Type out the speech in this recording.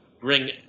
bring